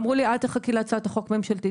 אמרו לי אל תחכי להצעת החוק הממשלתית